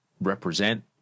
represent